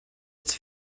its